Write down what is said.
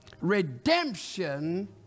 redemption